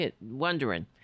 wondering